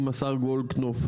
עם השר גולדקנופף,